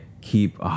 keep